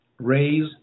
Raise